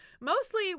mostly